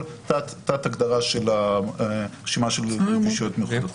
תת-הגדרה של הרשימה של רגישויות מיוחדות.